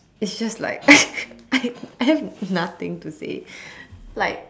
is just like I I have nothing to say like